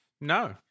No